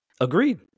Agreed